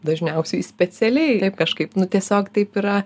dažniausiai specialiai taip kažkaip nu tiesiog taip yra